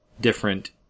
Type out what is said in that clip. different